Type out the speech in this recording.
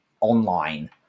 online